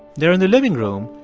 they're in the living room,